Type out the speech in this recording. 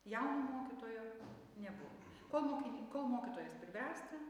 jauno mokytojo nebuvo kol mokiny kol mokytojas pribręsta